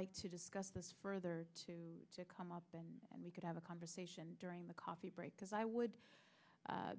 like to discuss this further to come up and we could have a conversation during the coffee break because i would